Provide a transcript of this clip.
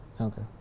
Okay